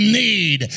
need